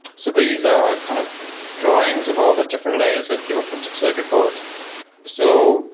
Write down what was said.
so these are kind of drawings of all the different layers of your printed circuit board so,